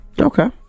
Okay